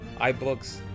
iBooks